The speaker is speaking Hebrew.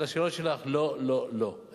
לשאלות שלך: לא, לא, לא.